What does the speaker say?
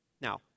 Now